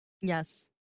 yes